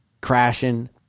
crashing